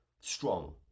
strong